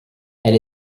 elle